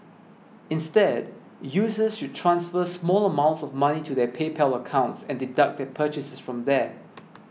instead users should transfer small amounts of money to their PayPal accounts and deduct their purchases from there